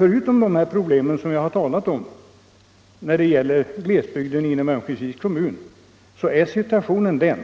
Förutom de problem jag talat om när det gäller glesbygden inom Örnsköldsviks kommun är situationen den,